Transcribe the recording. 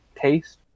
taste